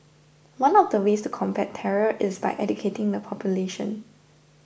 one of the ways to combat terror is by educating the population